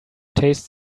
taste